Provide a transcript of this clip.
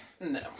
No